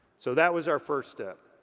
so that was our first step.